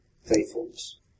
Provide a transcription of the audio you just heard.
Faithfulness